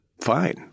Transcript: fine